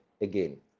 again